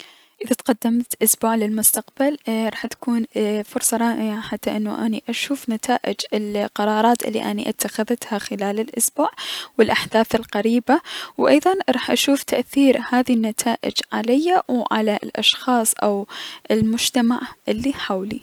اذا تقدمت اي- اسبوع للمستقبل اي راح تكون اي- فرصة رائعة ختى انو اني اشوف نتائج القرارات الي اني اتخذتها خلال الأسبوع، و الأحداث القريبة، و ايضا راح اشوف تأثير هذي النتائج عليا و على الأشخاص او المجتمع الي حولي.